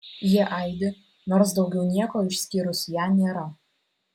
jie aidi nors daugiau nieko išskyrus ją nėra